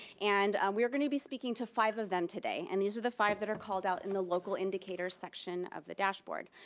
and we are gonna be speaking to five of them today, and these are the five that are called out in the local indicator section of the dashboard.